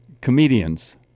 Comedians